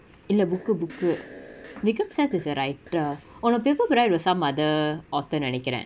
இல்ல:illa book uh book uh vikramseth is a writer oh the paper bride was some other author நெனைகுர:nenaikura